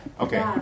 Okay